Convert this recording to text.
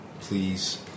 please